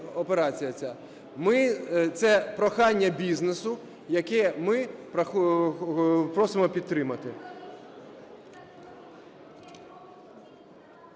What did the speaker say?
Це прохання бізнесу, яке ми просимо підтримати.